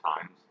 times